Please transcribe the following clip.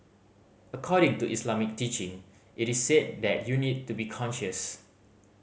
according to Islamic teaching it is said that you need to be conscious